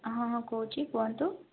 ହଁ ହଁ କହୁଛି କୁହନ୍ତୁ